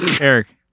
Eric